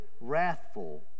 wrathful